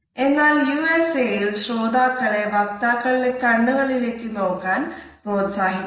എന്നാൽ U S A യിൽ ശ്രോതാക്കളെ വക്താക്കളുടെ കണ്ണുകളിലേക്കു നോക്കാൻ പ്രോത്സാഹിപ്പിക്കുന്നു